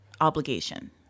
obligation